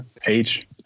page